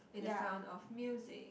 in the sound of music